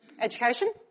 Education